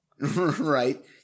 Right